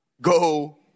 go